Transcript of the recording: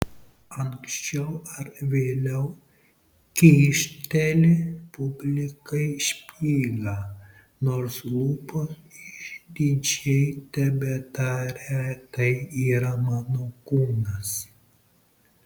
anksčiau ar vėliau kyšteli publikai špygą nors lūpos išdidžiai tebetaria tai yra mano kūnas